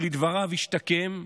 שלדבריו השתקם.